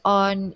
on